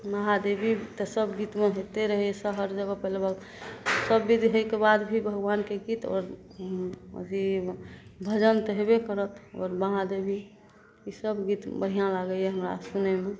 महादेवी तऽ सब गीतमे होइते रहै छै सब बिध होइके बाद भी भगवानके गीत आओर ई भजन तऽ हेबे करत आओर महादेवी ईसब गीत बढ़िआँ लागैए हमरा सुनैमे